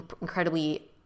incredibly